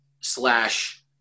slash